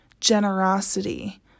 generosity